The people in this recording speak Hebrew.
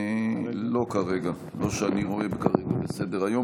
לא כרגע, לא שאני רואה כרגע בסדר-היום.